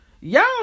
Y'all